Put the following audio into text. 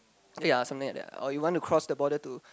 yea something like that or you want to cross the border to